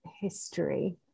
history